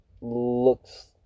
looks